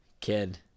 Kid